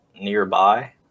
nearby